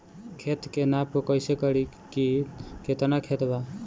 खेत के नाप कइसे करी की केतना खेत बा?